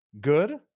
good